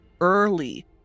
Early